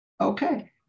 Okay